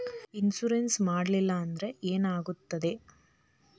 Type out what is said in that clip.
Insurance ಮಾಡಲಿಲ್ಲ ಅಂದ್ರೆ ಏನಾಗುತ್ತದೆ?